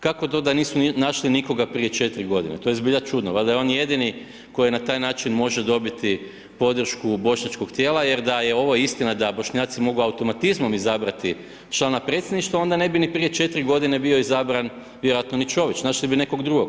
Kako to da nisu našli nikoga prije 4 g.? to je zbilja čudno, valjda je on jedini koji na taj način može dobiti podršku bošnjačkog tijela jer da je ovo istina da Bošnjaci mogu automatizmom izabrati člana Predsjedništva, onda ne bi ni prije 4 g. bio izabran vjerojatno ni Čović, našli bi nekog drugog.